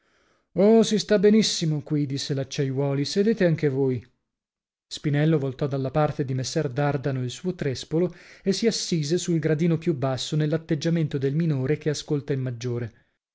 oh si sta benissimo qui disse l'acciaiuoli sedete anche voi spinello voltò dalla parte di messer dardano il suo trèspolo e si assise sul gradino più basso nell'atteggiamento del minore che ascolta il maggiore